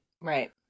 Right